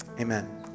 Amen